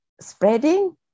spreading